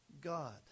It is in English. God